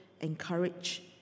encourage